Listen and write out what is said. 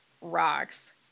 rocks